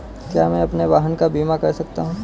क्या मैं अपने वाहन का बीमा कर सकता हूँ?